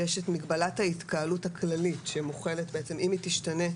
יש את מגבלת ההתקהלות הכללית שמוחלת ואם היא תשתנה,